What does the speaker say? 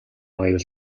аюул